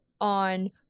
on